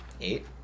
Eight